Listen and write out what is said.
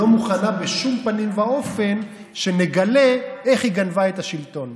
לא מוכנה בשום פנים ואופן שנגלה איך היא גנבה את השלטון,